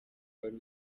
wari